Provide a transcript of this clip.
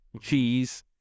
cheese